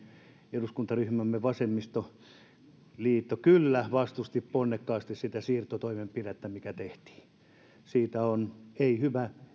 eduskuntaryhmämme vasemmistoliitto kyllä vastusti ponnekkaasti sitä siirtotoimenpidettä mikä tehtiin siitä ei ole hyvä